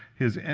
his. and